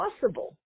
possible